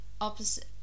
opposite